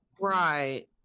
right